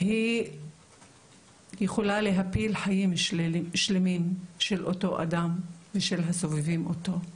היא יכולה לה]יל חיים שלמים של אותו אדם ושל הסובבים אותו.